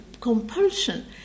compulsion